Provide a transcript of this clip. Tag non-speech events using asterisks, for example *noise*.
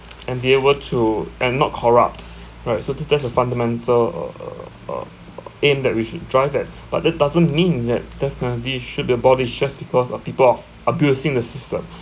and be able to and not corrupt right so to test a fundamental uh uh uh uh aim that we should drive that but that doesn't mean that definitely should be abolished just because of people of abusing the system *breath*